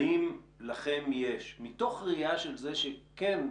האם לכם יש מתוך ראייה של זה שכן,